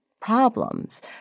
problems